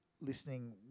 listening